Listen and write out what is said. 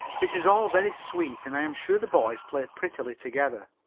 this is all very sweet and i am sure the boys play prettily together.